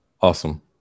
awesome